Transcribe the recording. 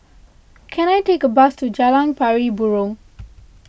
can I take a bus to Jalan Pari Burong